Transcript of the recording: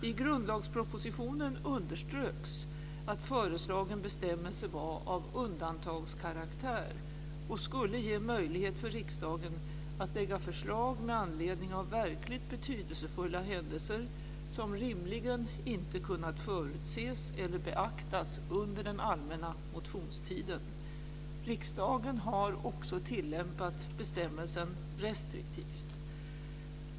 I grundlagspropositionen underströks att föreslagen bestämmelse var av undantagskaraktär och skulle ge möjlighet för riksdagen att lägga förslag med anledning av verkligt betydelsefulla händelser som rimligen inte har kunnat förutses eller beaktas under den allmänna motionstiden. Riksdagen har också tillämpat bestämmelsen restriktivt.